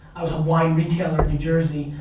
i was a wine retailer in new jersey.